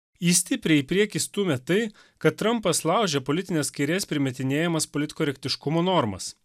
jį stipriai į priekį stūmė tai kad trampas laužė politinės kairės primetinėjamas politkorektiškumo normas